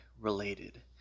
related